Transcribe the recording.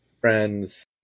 friends